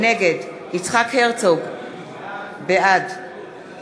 נגד יצחק הרצוג, בעד